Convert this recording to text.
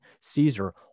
Caesar